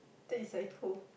that is like cold